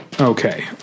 Okay